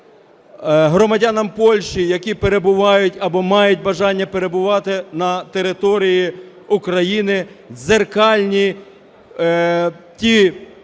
громадянам Польщі, які перебувають або мають бажання перебувати на території України, дзеркальні ті